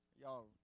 Y'all